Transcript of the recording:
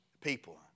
people